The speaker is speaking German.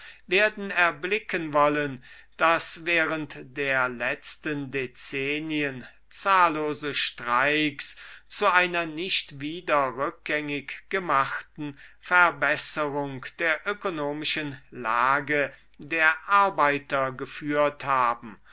werden erblicken wollen daß während der letzten dezennien zahllose streiks zu einer nicht wieder rückgängig gemachten verbesserung der ökonomischen lage der arbeiter geführt haben